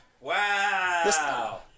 Wow